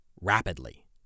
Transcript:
rapidly